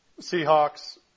Seahawks